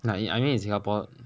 ya ya I mean in singapore